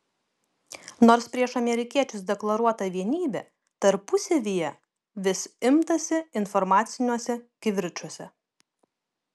nors prieš amerikiečius deklaruota vienybė tarpusavyje vis imtasi informaciniuose kivirčuose